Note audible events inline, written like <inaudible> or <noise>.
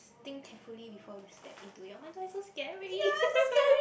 think carefully before you step into it oh-my-god it's so scary <laughs>